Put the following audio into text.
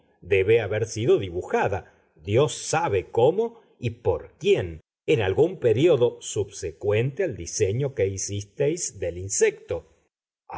debe haber sido dibujada dios sabe cómo y por quién en algún período subsecuente al diseño que hicisteis del insecto